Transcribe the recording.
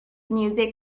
music